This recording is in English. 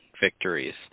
victories